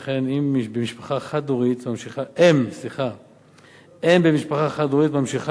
ולכן אם במשפחה חד-הורית ממשיכה לקבל את